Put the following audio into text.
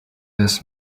this